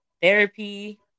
therapy